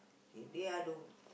k they are to